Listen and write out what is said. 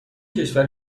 کشور